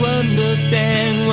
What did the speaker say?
understand